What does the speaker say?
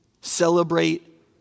celebrate